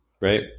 Right